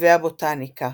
בכתבי הבוטניקה.